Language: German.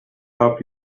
app